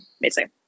Amazing